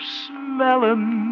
smelling